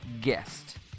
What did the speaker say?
guest